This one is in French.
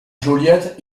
joliette